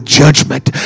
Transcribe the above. judgment